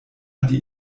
die